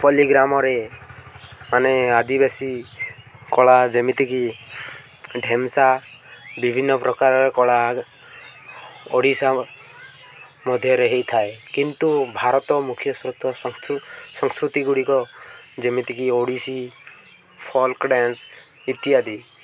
ପଲ୍ଲୀ ଗ୍ରାମରେ ମାନେ ଆଦିବାସୀ କଳା ଯେମିତିକି ଢେମ୍ସା ବିଭିନ୍ନ ପ୍ରକାରର କଳା ଓଡ଼ିଶା ମଧ୍ୟରେ ହେଇଥାଏ କିନ୍ତୁ ଭାରତ ମୁଖ୍ୟ ସ୍ରଥ ସଂସ୍କୃତି ଗୁଡ଼ିକ ଯେମିତିକି ଓଡ଼ିଶୀ ଫୋଲ୍କ ଡ୍ୟାନ୍ସ ଇତ୍ୟାଦି